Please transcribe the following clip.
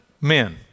men